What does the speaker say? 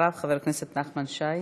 אחריו, חבר הכנסת נחמן שי.